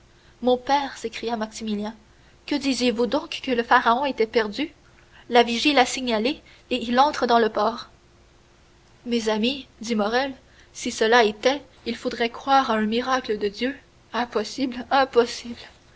mon père s'écria maximilien que disiez-vous donc que le pharaon était perdu la vigie l'a signalé et il entre dans le port mes amis dit morrel si cela était il faudrait croire à un miracle de dieu impossible impossible